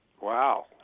Wow